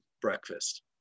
breakfast